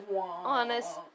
honest